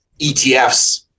etfs